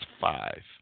five